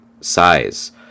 size